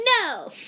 No